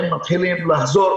הם מתחילים לחזור,